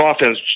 offense